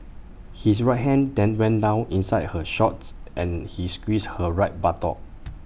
his right hand then went down inside her shorts and he squeezed her right buttock